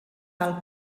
del